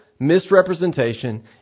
Misrepresentation